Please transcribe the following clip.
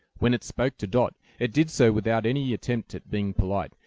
when it spoke to dot, it did so without any attempt at being polite,